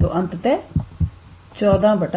तो अंततः 143